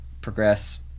progress